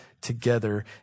together